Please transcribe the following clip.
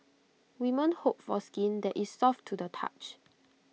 women hope for skin that is soft to the touch